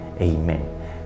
Amen